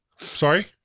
Sorry